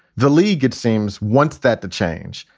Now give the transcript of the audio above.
the league, it seems, wants that to change.